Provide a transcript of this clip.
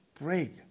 break